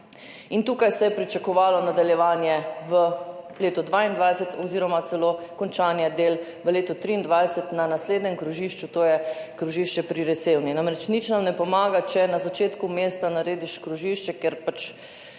Tukaj se je pričakovalo nadaljevanje v letu 2022 oziroma celo končanje del v letu 2023 na naslednjem krožišču, to je krožišče pri Resevni, namreč nič nam ne pomaga, če na začetku mesta narediš krožišče, kjer